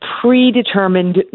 predetermined